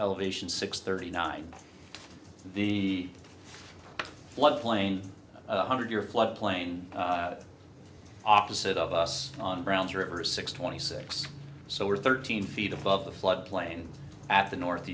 elevation six thirty nine the floodplain one hundred year flood plane opposite of us on brown's rivers six twenty six so we're thirteen feet above the flood plain at the north